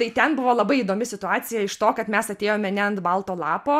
tai ten buvo labai įdomi situacija iš to kad mes atėjome ne ant balto lapo